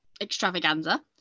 extravaganza